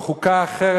או חוקה אחרת,